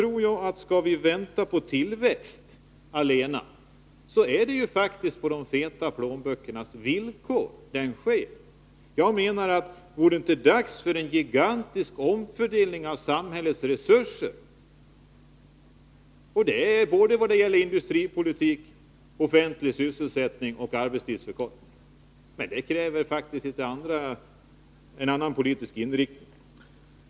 Om vi skall vänta på tillväxt allena, så vill jag säga att det ju faktiskt är på de feta plånböckernas villkor som tillväxten sker. Vore det inte dags för en gigantisk omfördelning av samhällets resurser vad gäller såväl industripolitik och offentlig sysselsättning som arbetstidsförkortning? Men det kräver faktiskt en annan politisk inriktning.